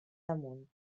damunt